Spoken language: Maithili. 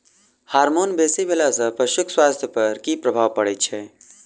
हार्मोन बेसी भेला सॅ पशुक स्वास्थ्य पर की प्रभाव पड़ैत छै?